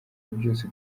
byose